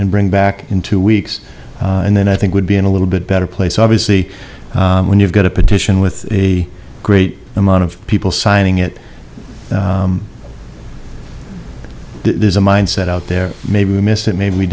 and bring back in two weeks and then i think would be in a little bit better place obviously when you've got a petition with a great amount of people signing it there's a mindset out there maybe we missed it maybe we